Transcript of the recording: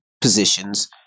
positions